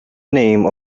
name